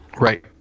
right